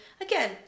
again